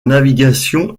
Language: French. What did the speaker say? navigation